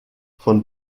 von